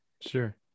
sure